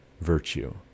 virtue